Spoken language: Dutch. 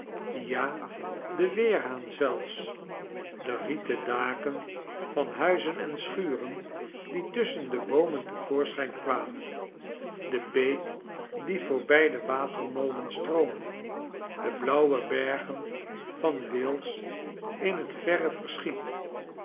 ja den weerhaan zelfs de rieten daken van huizen en schuren dietusschen de boomen te voorschijn kwamen de beek die voorbij den watermolen stroomde de blauwe bergen van wales in het verre verschiet